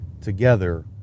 together